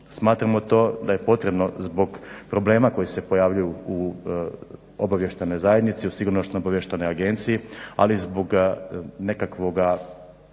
Smatramo to da je potrebno zbog problema koji se pojavljuju u obavještajnoj zajednici, u sigurnosno-obavještajnoj agenciji ali zbog nekakvoga